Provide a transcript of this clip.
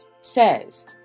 says